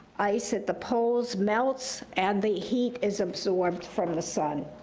ice at the poles melts, and the heat is absorbed from the sun.